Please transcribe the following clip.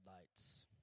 lights